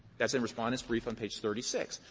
that's in respondent's brief on page thirty six.